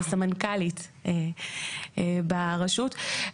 סמנכ"לית ברשות,